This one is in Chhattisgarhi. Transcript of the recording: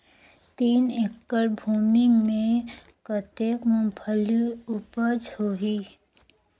तीन एकड़ भूमि मे कतेक मुंगफली उपज होही?